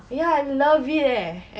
ya I love it eh